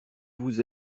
vous